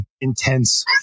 intense